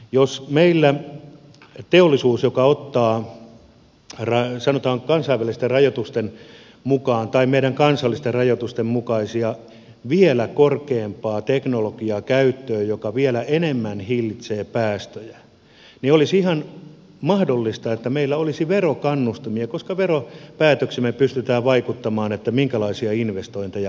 jos meillä teollisuus joka ottaa käyttöön sanotaan kansainvälisten rajoitusten tai meidän kansallisten rajoitustemme mukaista vielä korkeampaa teknologiaa joka vielä enemmän hillitsee päästöjä niin olisi ihan mahdollista että meillä olisi verokannustimia koska veropäätöksin me pystymme vaikuttamaan minkälaisia investointeja otetaan